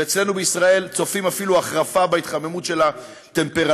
ואצלנו בישראל צופים אפילו החרפה בעלייה של הטמפרטורות,